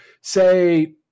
say